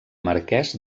marquès